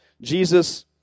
Jesus